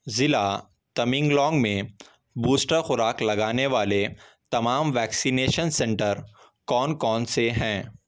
ضلعہ تمنگلونگ میں بوسٹر خوراک لگانے والے تمام ویکسینیشن سینٹر کون کون سے ہیں